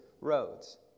roads